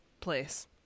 place